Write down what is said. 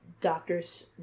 doctors